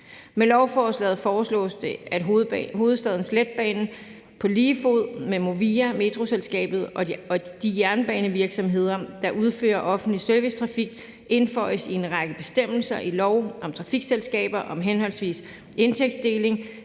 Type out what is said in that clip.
Med lovforslaget foreslås det, at Hovedstadens Letbane på lige fod med Movia, Metroselskabet og de jernbanevirksomheder, der udfører offentlig servicetrafik, indføjes i en række bestemmelser i lov om trafikselskaber om henholdsvis indtægtsdeling,